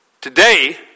today